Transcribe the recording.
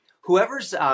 whoever's